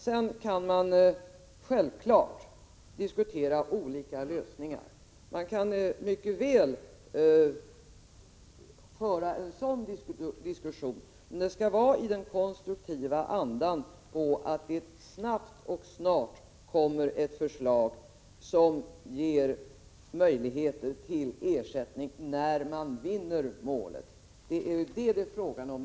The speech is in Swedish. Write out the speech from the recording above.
Sedan kan man självklart diskutera olika lösningar. Men en sådan diskussion skall föras i en så konstruktiv anda att det snabbt kommer ett förslag som ger möjligheter till ersättning när vederbörande vinner målet. Det är detta det är fråga om.